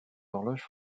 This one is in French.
horloges